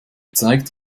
zeigt